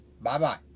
bye-bye